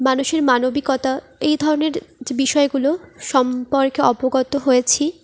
মানুষের মানবিকতা এই ধরনের যে বিষয়গুলো সম্পর্কে অবগত হয়েছি